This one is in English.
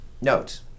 Note